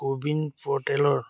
CoWIN প'ৰ্টেলৰ